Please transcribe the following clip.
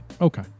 Okay